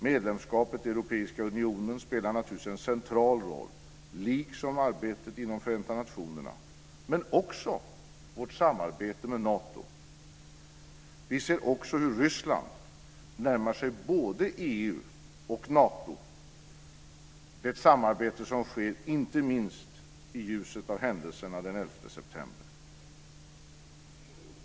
Medlemskapet i Europeiska unionen spelar naturligtvis en central roll liksom arbetet inom Förenta nationerna. Men det gäller också vårt samarbete med Nato. Vi ser även hur Ryssland närmar sig både EU och Nato. Det är ett samarbete som sker inte minst i ljuset av händelserna den 11 september.